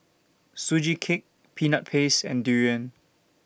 Sugee Cake Peanut Paste and Durian